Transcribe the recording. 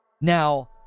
Now